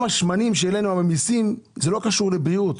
המסים שהעלינו על השמנים לא קשורים לבריאות.